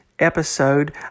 Episode